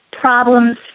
Problems